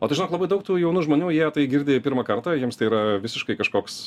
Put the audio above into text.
o tu žinok labai daug tų jaunų žmonių jie tai girdi pirmą kartą jiems tai yra visiškai kažkoks